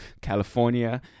California